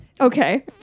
Okay